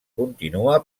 continua